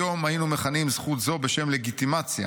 היום היינו מכנים זכות זו בשם 'לגיטימציה',